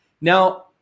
Now